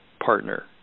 partner